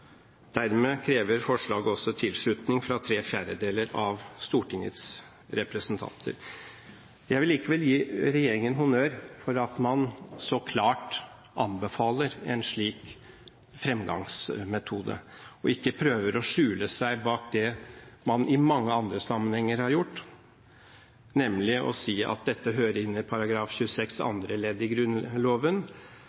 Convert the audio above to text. Dermed krever forslaget også tilslutning fra tre fjerdedeler av Stortingets representanter. Jeg vil likevel gi regjeringen honnør for at man så klart anbefaler en slik framgangsmetode og ikke prøver å skjule seg bak det man i mange andre sammenhenger har gjort, nemlig å si at dette hører inn i § 26